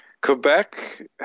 Quebec